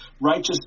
righteous